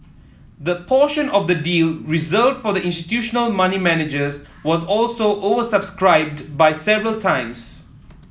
the portion of the deal reserved for institutional money managers was also oversubscribed by several times